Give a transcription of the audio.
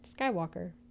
Skywalker